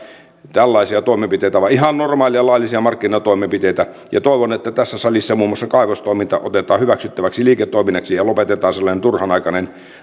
sellaisia toimenpiteitä vaan ihan normaaleja laillisia markkinatoimenpiteitä ja toivon että tässä salissa muun muassa kaivostoiminta otetaan hyväksyttäväksi liiketoiminnaksi ja lopetetaan sellainen turhanaikainen